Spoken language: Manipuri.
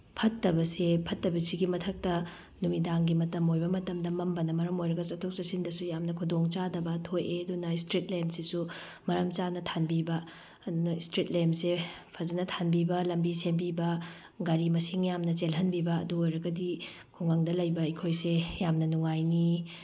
ꯐꯠꯇꯕꯁꯦ ꯐꯠꯇꯕꯁꯤꯒꯤ ꯃꯊꯛꯇ ꯅꯨꯃꯤꯗꯥꯡꯒꯤ ꯃꯇꯝ ꯑꯣꯏꯕ ꯃꯇꯝꯗ ꯃꯝꯕꯅ ꯃꯔꯝ ꯑꯣꯏꯔꯒ ꯆꯠꯊꯣꯛ ꯆꯠꯁꯤꯟꯗꯁꯨ ꯌꯥꯝꯅ ꯈꯨꯗꯣꯡ ꯆꯥꯗꯕ ꯊꯣꯛꯑꯦ ꯑꯗꯨꯅ ꯏꯁꯇ꯭ꯔꯤꯠ ꯂꯦꯝꯁꯤꯁꯨ ꯃꯔꯝ ꯆꯥꯅ ꯊꯥꯟꯕꯤꯕ ꯑꯗꯨꯅ ꯏꯁꯇ꯭ꯔꯤꯠ ꯂꯦꯝꯁꯦ ꯐꯖꯅ ꯊꯥꯟꯕꯤꯕ ꯂꯝꯕꯤ ꯁꯦꯝꯕꯤꯕ ꯒꯥꯔꯤ ꯃꯁꯤꯡ ꯌꯥꯝꯅ ꯆꯦꯜꯍꯟꯕꯤꯕ ꯑꯗꯨ ꯑꯣꯏꯔꯒꯗꯤ ꯈꯨꯡꯒꯪꯗ ꯂꯩꯕ ꯑꯩꯈꯣꯏꯁꯦ ꯌꯥꯝꯅ ꯅꯨꯡꯉꯥꯏꯅꯤ